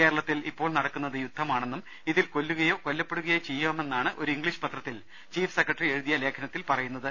കേരളത്തിൽ ഇപ്പോൾ നടക്കുന്നത് യുദ്ധമാണെന്നും ഇതിൽ കൊല്ലുകയോ കൊല്ലപ്പെടുകയോ ചെയ്യാമെ ന്നാണ് ഒരു ഇംഗ്ലീഷ് പത്രത്തിൽ ചീഫ് സെക്രട്ടറി എഴുതിയ ലേഖനത്തിൽ പറയു ന്നത്